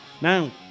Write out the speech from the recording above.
Now